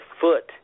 foot